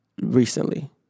Recently